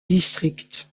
districts